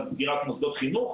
על סגירת מוסדות חינוך,